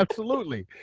absolutely.